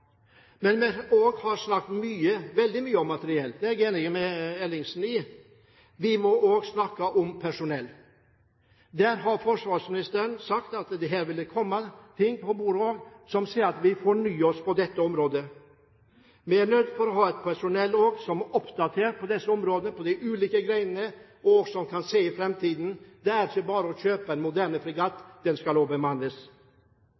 Vi har sagt veldig mye om materiell – det er jeg enig med Ellingsen i – men vi må også snakke om personell. Her har forsvarsministeren sagt at det vil komme ting på bordet som viser at vi fornyer oss på dette området. Vi er også nødt til å ha et personell som er oppdatert på dette i de ulike grenene, og som kan se inn i fremtiden. Det er ikke bare å kjøpe en moderne